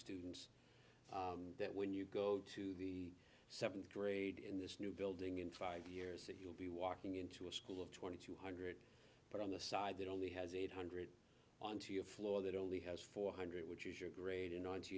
that when you go to the seventh grade in this new building in five years that you'll be walking into a school of twenty two hundred but on the side that only has eight hundred onto your floor that only has four hundred which is your grade and on to